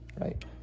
right